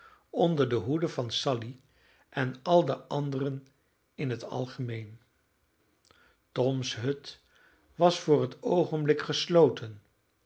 onder de hoede van sally en al de anderen in het algemeen toms hut was voor het oogenblik gesloten